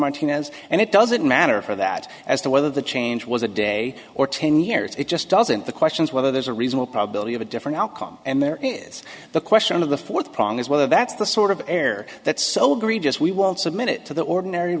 martinez and it doesn't matter for that as to whether the change was a day or ten years it just doesn't the questions whether there's a reasonable probability of a different outcome and there is the question of the fourth prong is whether that's the sort of error that's so green just we won't submit to the ordinary